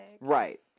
right